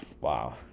wow